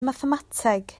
mathemateg